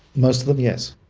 most of them, yes.